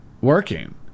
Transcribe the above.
working